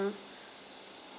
mm